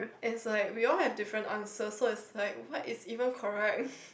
and is like we all have different answers so is like what is even correct